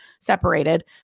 separated